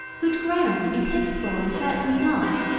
good ground, be pitiful and hurt me not.